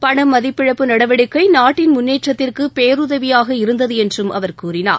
பண மதிப்பிழப்பு நடவடிக்கை நாட்டின் முன்னேற்றத்திற்கு பேறுதவியாக இருந்தது என்றும் அவர் கூறினார்